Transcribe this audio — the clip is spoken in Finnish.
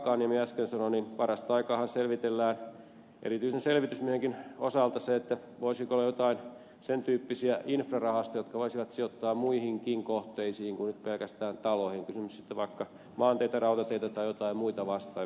kankaanniemi äsken sanoi parasta aikaahan selvitellään erityisen selvitysmiehenkin osalta se voisiko olla joitain sen tyyppisiä infrarahastoja jotka voisivat sijoittaa muihinkin kohteisiin kuin nyt pelkästään taloihin on kysymys sitten vaikka maanteistä rautateistä tai muista vastaavista